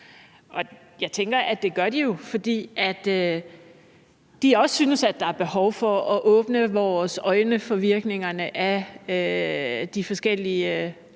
jeg tænker, at det gør de jo, fordi de også synes, at der er behov for at åbne vores øjne for virkningerne af de forskellige